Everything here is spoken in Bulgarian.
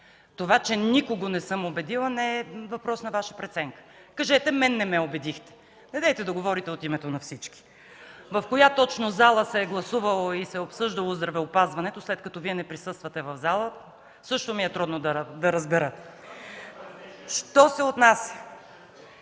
Това, че не съм убедила никого, не е въпрос на Ваша преценка. Кажете: „Мен не ме убедихте”. Недейте да говорите от името на всички. В коя точно зала се е гласувало и обсъждало здравеопазването, след като Вие не присъствате в залата, също ми е трудно да разбера. Що се отнася